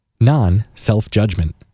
Non-self-judgment